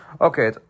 Okay